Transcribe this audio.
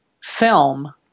film